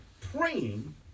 praying